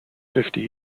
fifty